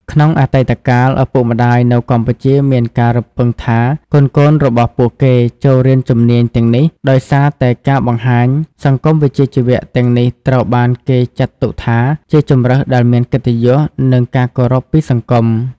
ក្នុងអតីតកាល ឪពុកម្ដាយនៅកម្ពុជាមានការរំពឹងថាកូនៗរបស់ពួកគេចូលរៀនជំនាញទាំងនេះដោយសារតែការបង្ហាញសង្គមវិជ្ជាជីវៈទាំងនេះត្រូវបានគេចាត់ទុកថាជាជម្រើសដែលមានកិត្តិយស និងការគោរពពីសង្គម។